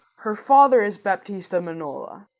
her father is baptista minola,